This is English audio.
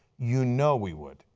you know we would.